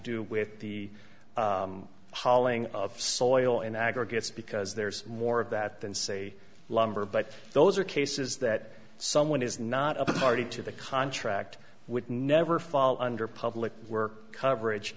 do with the hollowing of soil and aggregates because there's more of that than say lumber but those are cases that someone is not a party to the contract would never fall under public were coverage